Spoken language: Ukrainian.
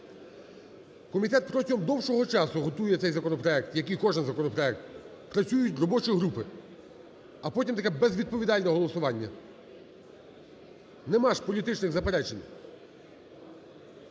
Комітет протягом довшого часу готує цей законопроект як і кожен законопроект. Працюють робочі групи, а потім таке безвідповідальне голосування. Нема ж політичних заперечень.